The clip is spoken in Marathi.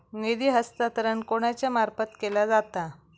निधी हस्तांतरण कोणाच्या मार्फत केला जाता?